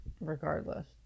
regardless